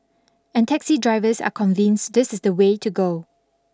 and taxi drivers are convinced this is the way to go